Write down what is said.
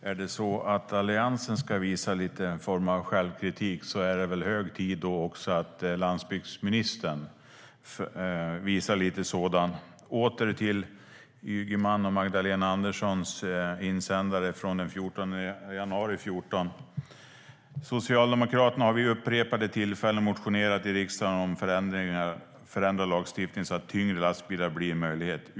Fru talman! Om Alliansen ska visa någon form av självkritik är det väl hög tid att också landsbygdsministern visar lite sådan? Jag återgår till Ygemans och Magdalena Anderssons insändare i Dagens Industri den 14 januari 2014. De skriver: "Socialdemokraterna har vid upprepade tillfällen motionerat i riksdagen om att förändra lagstiftningen så att tyngre lastbilar blir en möjlighet.